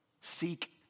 Seek